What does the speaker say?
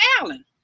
Alan